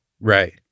Right